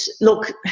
look